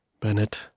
Bennett